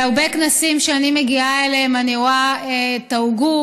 בהרבה כנסים שאני מגיעה אליהם אני רואה תרגום,